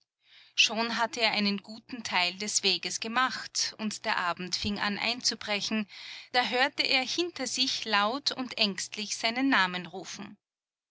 schon hatte er einen guten teil des weges gemacht und der abend fing an einzubrechen da hörte er hinter sich laut und ängstlich seinen namen rufen